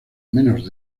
menos